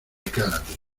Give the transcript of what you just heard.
karate